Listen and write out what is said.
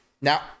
now